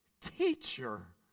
Teacher